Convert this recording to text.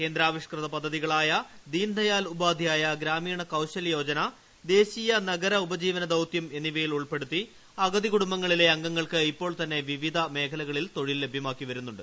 കേന്ദ്രാവിഷ്കൃത പദ്ധതികളായ ദീൻ ദയാൽ ഉപാധ്യായ ഗ്രാമീൺ കൌശല്യ യോജന ദേശീയ നഗര ഉപജീവന ദൌത്യം എന്നിവയിൽ ഉൾപ്പെടുത്തി അഗതി കുടുംബങ്ങളിലെ അംഗങ്ങൾക്ക് ഇപ്പോൾ തന്നെ വിവിധ മേഖലകളിൽ തൊഴിൽ ലഭ്യമാക്കി വരുന്നുണ്ട്